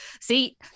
See